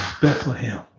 Bethlehem